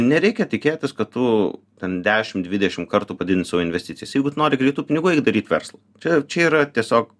nereikia tikėtis kad tu ten dešim dvidešim kartų padidinsi savo investicijas jeigu tu nori greitų pinigų eik daryt verslą čia čia yra tiesiog